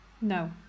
no